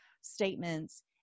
statements